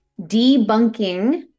debunking